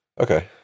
Okay